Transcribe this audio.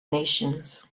nations